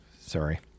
Sorry